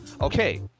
okay